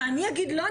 ואני אגיד: לא?